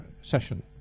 session